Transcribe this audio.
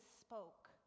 spoke